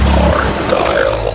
hardstyle